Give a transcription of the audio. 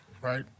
right